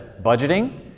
Budgeting